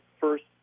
first